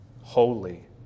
holy